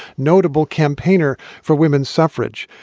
notable campaigner for women's suffrage,